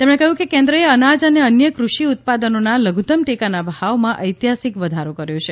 તેમણે કહ્યું કે કેન્દ્રએ અનાજ અને અન્ય ક઼ષિ ઉત્પાદનોના લધુત્તમ ટેકાના ભાવમાં ઐતિહાસિક વધારો કર્યો છે